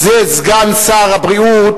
זה סגן שר הבריאות